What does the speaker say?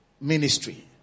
Ministry